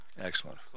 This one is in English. Excellent